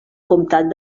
comtat